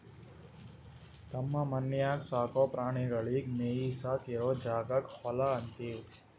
ತಮ್ಮ ಮನ್ಯಾಗ್ ಸಾಕೋ ಪ್ರಾಣಿಗಳಿಗ್ ಮೇಯಿಸಾಕ್ ಇರೋ ಜಾಗಕ್ಕ್ ಹೊಲಾ ಅಂತೀವಿ